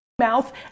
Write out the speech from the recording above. mouth